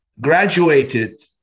graduated